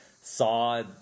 saw